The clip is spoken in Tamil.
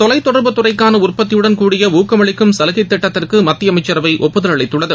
தொலைத்தொடர்புத்துறைக்கான உற்பத்தியுடன் கூடிய ஊக்கமளிக்கும் சலுகை திட்டத்திற்கு மத்திய அமைச்சரவை ஒப்புதல் அளித்துள்ளது